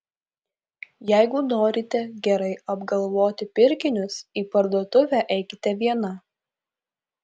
jeigu norite gerai apgalvoti pirkinius į parduotuvę eikite viena